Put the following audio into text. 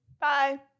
Bye